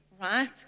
right